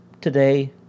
today